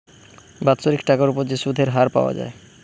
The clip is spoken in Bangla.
বাৎসরিক টাকার উপর যে সুধের হার পাওয়া যায়